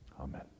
Amen